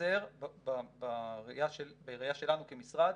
מייצר בראייה שלנו כמשרד